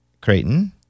Creighton